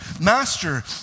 Master